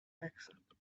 accent